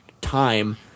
time